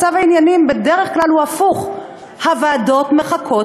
מצב העניינים בדרך כלל הוא הפוך: הוועדות מחכות